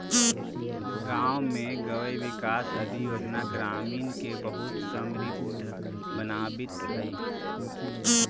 गाँव में गव्यविकास आदि योजना ग्रामीण के बहुत समृद्ध बनावित हइ